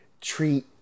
treat